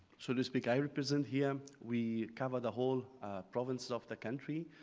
so to speak, i represent here, we cover the whole province of the country.